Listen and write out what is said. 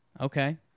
okay